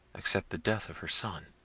except the death of her son.